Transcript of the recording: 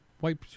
white